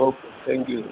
okay thank you